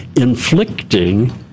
Inflicting